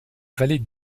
vallée